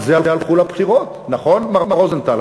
על זה הלכו לבחירות, נכון, מר רוזנטל?